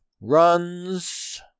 runs